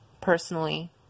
personally